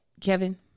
Kevin